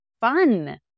fun